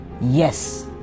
Yes